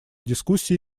дискуссии